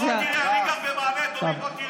בוא ותראה.